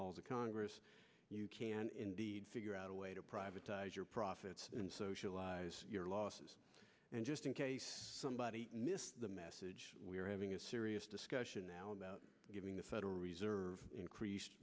halls of congress you can indeed figure out a way to privatized your profits and socialize your losses and just in case somebody missed the message we are having a serious discussion now about giving the federal reserve increased